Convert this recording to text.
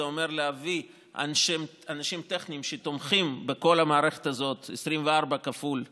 זה אומר להביא אנשים טכניים שתומכים בכל המערכת הזאת 24 כפול 5,